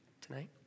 tonight